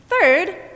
third